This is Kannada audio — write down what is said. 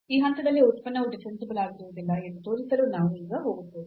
ಈ ಹಂತದಲ್ಲಿ ಉತ್ಪನ್ನವು ಡಿಫರೆನ್ಸಿಬಲ್ ಆಗಿರುವುದಿಲ್ಲ ಎಂದು ತೋರಿಸಲು ನಾವು ಈಗ ಹೋಗುತ್ತೇವೆ